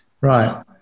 Right